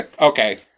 Okay